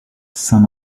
saint